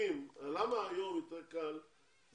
למה היום יותר קל?